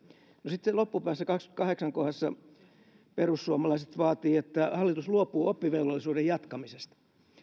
no sitten siellä loppupäässä kohdassa kaksikymmentäkahdeksan perussuomalaiset vaativat että hallitus luopuu oppivelvollisuuden jatkamisesta mutta